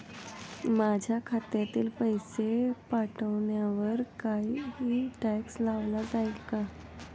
माझ्या खात्यातील पैसे पाठवण्यावर काही टॅक्स लावला जाईल का?